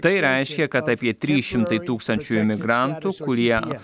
tai reiškia kad apie trys šimtai tūkstančių imigrantų kurie